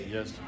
Yes